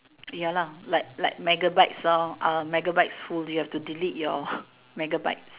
ya lah like like Megabytes lor uh Megabytes fully you have to delete your Megabytes